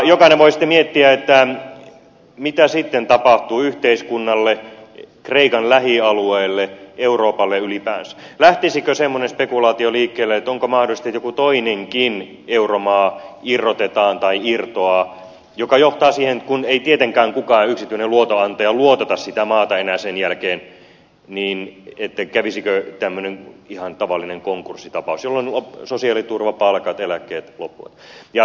jokainen voi sitten miettiä mitä sitten tapahtuu yhteiskunnalle kreikan lähialueille euroopalle ylipäänsä lähtisikö semmoinen spekulaatio liikkeelle että mahdollisesti joku toinenkin euromaa irrotetaan tai irtoaa mikä johtaa siihen kun ei tietenkään kukaan yksityinen luotonantaja luotota sitä maata enää sen jälkeen että kävisi tämmöinen ihan tavallinen konkurssitapaus jolloin sosiaaliturva palkat eläkkeet loppuvat